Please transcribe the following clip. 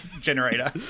generator